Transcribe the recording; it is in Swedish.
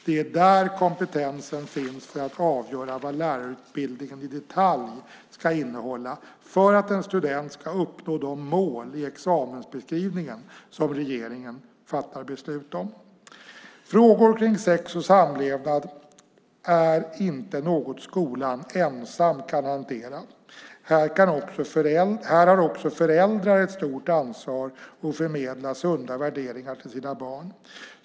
Det är där kompetensen finns för att avgöra vad lärarutbildningen i detalj ska innehålla för att en student ska uppnå de mål i examensbeskrivningen som regeringen fattar beslut om. Frågor om sex och samlevnad är inte något skolan ensam kan hantera. Här har också föräldrar ett stort ansvar för att förmedla sunda värderingar till sina barn.